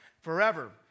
forever